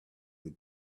your